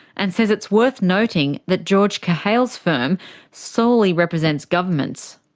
and says it's worth noting that george kahale's firm solely represents governments.